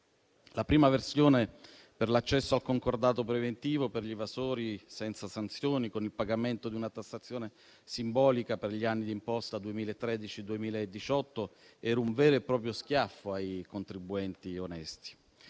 La prima versione per l'accesso al concordato preventivo per gli evasori senza sanzioni, con il pagamento di una tassazione simbolica per gli anni di imposta 2013-2018, era un vero e proprio schiaffo ai contribuenti onesti.